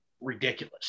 ridiculous